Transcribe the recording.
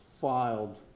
filed